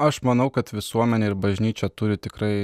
aš manau kad visuomenė ir bažnyčia turi tikrai